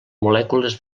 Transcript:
molècules